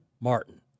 Martin